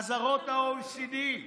אזהרות ה-OECD,